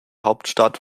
hauptstadt